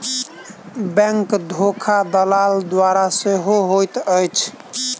bank धोखा दलाल द्वारा सेहो होइत अछि